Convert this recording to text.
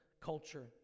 culture